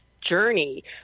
journey